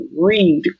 read